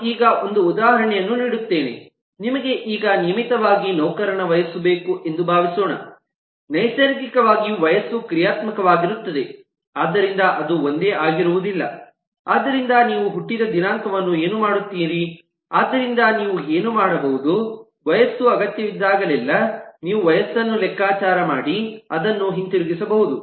ನಾನು ಈಗ ಒಂದು ಉದಾಹರಣೆಯನ್ನು ನೀಡುತ್ತೇನೆ ನಿಮಗೆ ಈಗ ನಿಯಮಿತವಾಗಿ ನೌಕರನ ವಯಸ್ಸು ಬೇಕು ಎಂದು ಭಾವಿಸೋಣ ನೈಸರ್ಗಿಕವಾಗಿ ವಯಸ್ಸು ಕ್ರಿಯಾತ್ಮಕವಾಗಿರುತ್ತದೆ ಆದ್ದರಿಂದ ಅದು ಒಂದೇ ಆಗಿರುವುದಿಲ್ಲ ಆದ್ದರಿಂದ ನೀವು ಹುಟ್ಟಿದ ದಿನಾಂಕವನ್ನು ಏನು ಮಾಡುತ್ತೀರಿ ಆದ್ದರಿಂದ ನೀವು ಏನು ಮಾಡಬಹುದು ವಯಸ್ಸು ಅಗತ್ಯವಿದ್ದಾಗಲೆಲ್ಲಾ ನೀವು ವಯಸ್ಸನ್ನು ಲೆಕ್ಕಾಚಾರ ಮಾಡಿ ಅದನ್ನು ಹಿಂದಿರುಗಿಸಬಹುದು